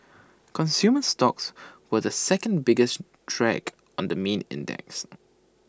consumer stocks were the second biggest drag on the main index